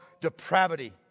depravity